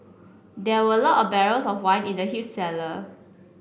there were lot of barrels of wine in the huge cellar